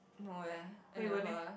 no leh and never